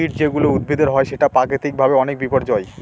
weed যেগুলা উদ্ভিদের হয় সেটা প্রাকৃতিক ভাবে অনেক বিপর্যই